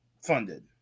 funded